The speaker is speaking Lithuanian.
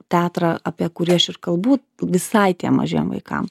teatrą apie kurį aš ir kalbu visai tiem mažiem vaikam